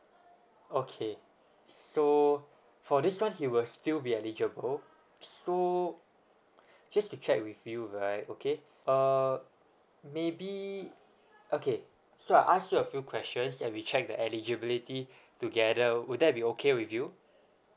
okay so for this [one] he will still be eligible so just to check with you right okay uh maybe okay so I ask you a few questions and we check the eligibility together will that be okay with you